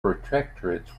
protectorates